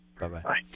Bye-bye